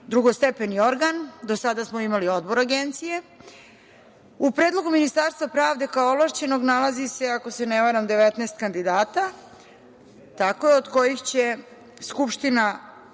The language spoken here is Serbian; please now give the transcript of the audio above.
drugostepeni organ, do sada smo imali odbor Agencije. U predlogu Ministarstva pravde kao ovlašćenog nalazi se ako se ne varam 19 kandidata, tako je, od kojih će Skupština